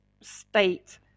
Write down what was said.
state